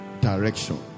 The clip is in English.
direction